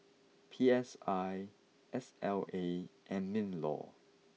P S I S L A and min law